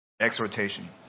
Exhortation